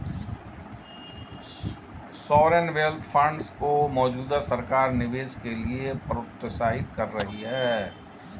sovereign wealth funds को मौजूदा सरकार निवेश के लिए प्रोत्साहित कर रही है